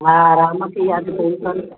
हा हा मूंखे यादि